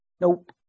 nope